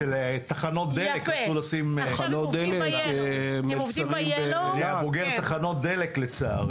תחנות דלק תחנות דלק אני בוגר תחנות דלק לצערי.